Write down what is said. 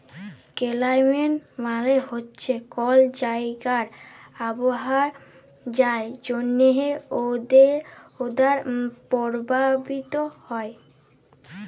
climate মালে হছে কল জাইগার আবহাওয়া যার জ্যনহে ওয়েদার পরভাবিত হ্যয়